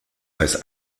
als